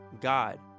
God